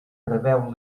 preveu